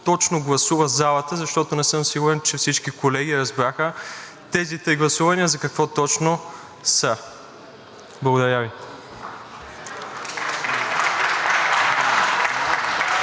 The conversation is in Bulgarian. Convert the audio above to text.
точно гласува залата, защото не съм сигурен, че всички колеги разбраха тези три гласувания за какво точно са. Благодаря Ви.